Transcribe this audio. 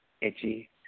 itchy